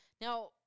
Now